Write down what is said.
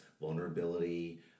vulnerability